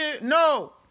No